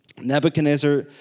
Nebuchadnezzar